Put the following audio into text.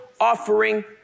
offering